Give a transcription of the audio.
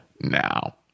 now